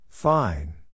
Fine